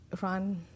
run